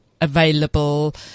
available